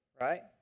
right